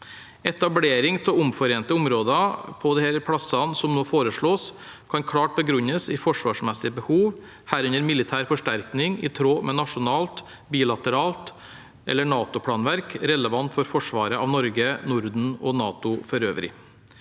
Etablering av omforente områder på de plassene som nå foreslås, kan klart begrunnes i forsvarsmessige behov, herunder militær forsterkning i tråd med nasjonalt, bilateralt eller NATO-planverk relevant for forsvaret av Norge, Norden og NATO for øvrig.